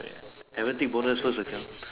haven't take bonus so account